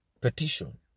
petition